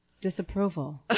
disapproval